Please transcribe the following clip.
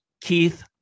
Keith